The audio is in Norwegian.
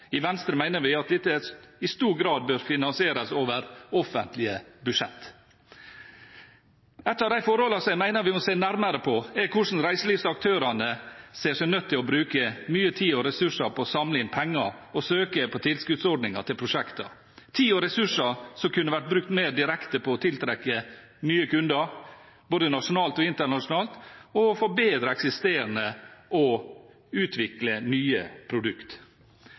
I Venstre mener vi at dette i stor grad bør finansieres over offentlige budsjetter. Et av de forholdene som jeg mener vi må se nærmere på, er hvordan reiselivsaktørene ser seg nødt til å bruke mye tid og ressurser på å samle inn penger og søke på tilskuddsordninger til prosjekter – tid og ressurser som kunne vært brukt mer direkte på å tiltrekke seg nye kunder både nasjonalt og internasjonalt og å forbedre eksisterende og utvikle nye